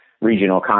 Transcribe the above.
regional